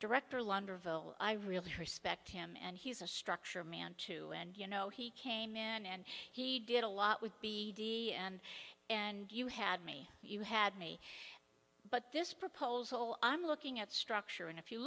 vole i really respect him and he's a structure man too and you know he came in and he did a lot with b and and you had me you had me but this proposal i'm looking at structure and if you